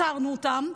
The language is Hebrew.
עצרנו אותם.